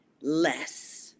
less